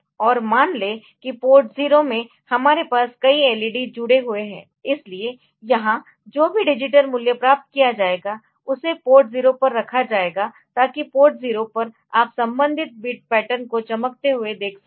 और मान लें कि पोर्ट 0 में हमारे पास कई एलईडी जुड़े हुए है इसलिए यहां जो भी डिजिटल मूल्य प्राप्त किया जाएगा उसे पोर्ट 0 पर रखा जाएगा ताकि पोर्ट 0 पर आप संबंधित बिट पैटर्न को चमकते हुए देख सकें